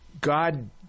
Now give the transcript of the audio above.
God